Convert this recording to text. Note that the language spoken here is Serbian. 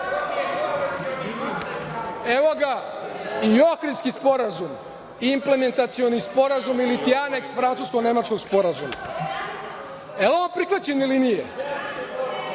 Evo ga i Ohridski sporazum, implementacioni sporazum ili aneks francusko-nemačkog sporazuma. Evo vam prihvaćene linije.